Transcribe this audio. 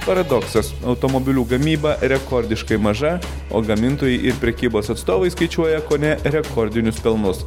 paradoksas automobilių gamyba rekordiškai maža o gamintojai ir prekybos atstovai skaičiuoja kone rekordinius pelnus